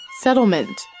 Settlement